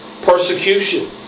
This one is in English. persecution